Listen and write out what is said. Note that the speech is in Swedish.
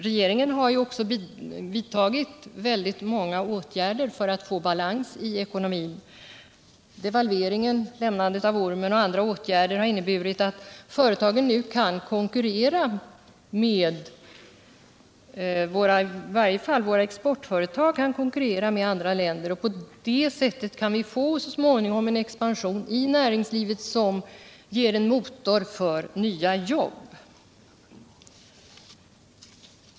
Regeringen har också vidtagit många åtgärder för att få balans i ekonomin. Devalveringen, lämnandet av ormen och andra åtgärder har inneburit att våra exportföretag nu kan konkurrera med andra länder. På det sättet kan vi så småningom få en expansion i näringslivet som ger en motor för nya jobb.